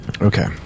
Okay